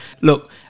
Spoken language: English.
Look